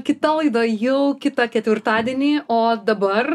kita laida jau kitą ketvirtadienį o dabar